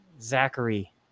Zachary